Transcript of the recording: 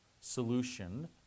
solution